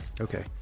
Okay